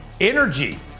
energy